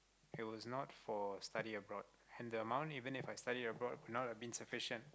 it was not for study abroad and the amount even If I study aborad would not have been sufficient